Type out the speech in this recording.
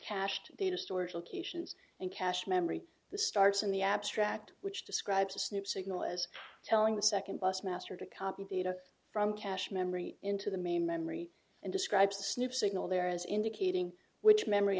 cached data storage locations and cache memory the starts in the abstract which describes this new signal as telling the second bus master to copy data from cache memory into the main memory and describes the snoop signal there as indicating which memory